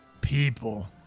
People